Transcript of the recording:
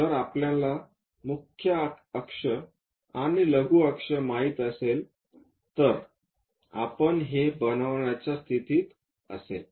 जर आपल्याला मुख्य अक्ष आणि लघु अक्ष माहित असेल तर आपण हे बनवण्याचा स्थितीत असेल